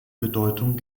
bedeutung